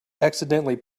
accidentally